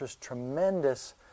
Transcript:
tremendous